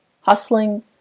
Hustling